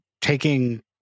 taking